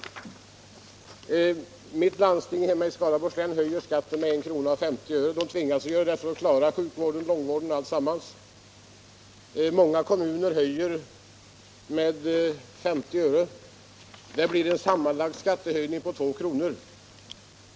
— naökat utrymme på Landstinget i mitt hemlän måste höja skatten med 1:50 kr. för att klara — kreditmarknaden sjukvården, långvården och andra uppgifter. Många kommuner höjer skatten med 50 öre, varigenom den sammanlagda skattehöjningen blir 2 kr.